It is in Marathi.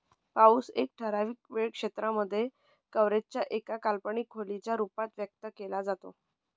पाऊस एका ठराविक वेळ क्षेत्रांमध्ये, कव्हरेज च्या एका काल्पनिक खोलीच्या रूपात व्यक्त केला जातो